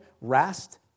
rest